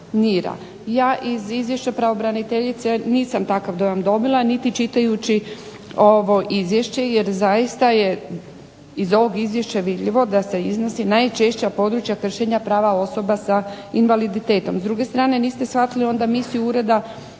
Ja iz izvješća pravobraniteljice nisam takav dojam dobila niti čitajući ovo izvješće jer zaista je iz ovog izvješća vidljivo da se iznosi najčešća područja kršenja prava osoba s invaliditetom. S druge strane niste shvatili onda misiju Ureda